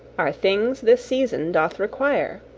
are things this season doth require.